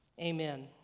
Amen